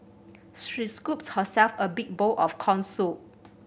she scooped herself a big bowl of corn soup